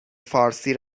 فارسی